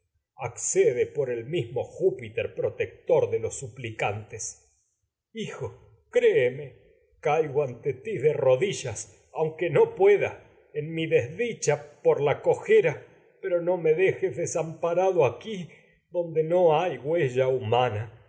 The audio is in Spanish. accede por el'mismo júpiter protector de los caigo ante ti por suplicantes hijo créeme de rodillas aunque no pueda en no me mi desdicha la cojera pero dejes desampa sálva rado aquí ya donde no hay huella humana